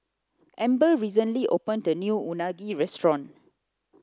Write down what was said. Amber recently opened a new Unagi restaurant